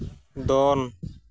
ᱫᱚᱱ